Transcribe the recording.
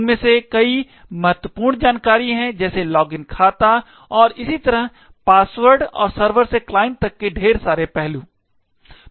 उनमें से कई महत्वपूर्ण जानकारी हैं जैसे लॉगिन खाता और इसी तरह पासवर्ड और सर्वर से क्लाइंट तक के ढेर जैसे पहलू है